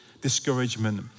discouragement